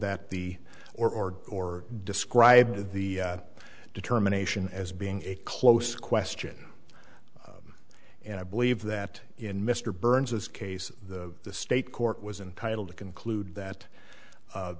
that the or or described the determination as being a close question and i believe that in mr burns this case the the state court was entitle to conclude